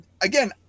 Again